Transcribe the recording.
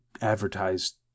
advertised